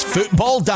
Football